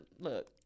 look